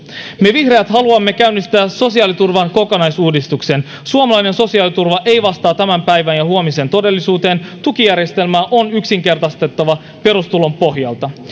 me vihreät haluamme käynnistää sosiaaliturvan kokonaisuudistuksen suomalainen sosiaaliturva ei vastaa tämän päivän ja huomisen todellisuuteen tukijärjestelmää on yksinkertaistettava perustulon pohjalta